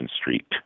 Street